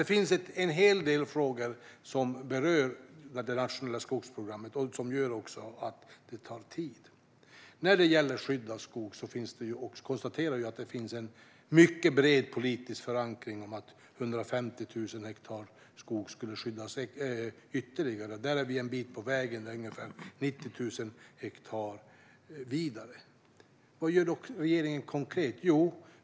Det finns en hel del frågor som berör det nationella skogsprogrammet som gör att det tar tid. När det gäller skydd av skog konstaterar vi att det finns mycket bred politisk förankring om att 150 000 hektar skog ska skyddas ytterligare. Där är vi en bit på väg med ungefär 90 000 hektar vidare. Var gör då regeringen konkret?